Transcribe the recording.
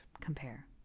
compare